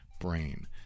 brain